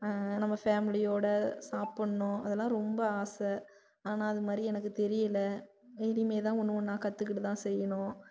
நம்ம ஃபேமிலியோடு சாப்பிட்ணும் அதெல்லாம் ரொம்ப ஆசை ஆனால் அதுமாதிரி எனக்கு தெரியலை இனிமேல்தான் ஒன்று ஒன்றா கற்றுகிட்டுதான் செய்யணும்